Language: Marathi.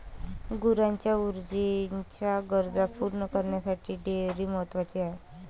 गुरांच्या ऊर्जेच्या गरजा पूर्ण करण्यासाठी डेअरी महत्वाची आहे